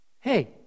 Hey